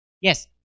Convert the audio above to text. Yes